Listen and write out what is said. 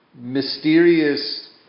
mysterious